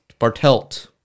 Bartelt